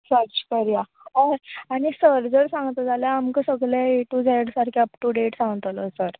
search करयां आनी sir जर सांगता जाल्यार आमकां सगलें A to Z up to date सांगतलो सर